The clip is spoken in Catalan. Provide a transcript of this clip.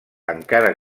encara